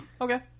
Okay